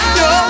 no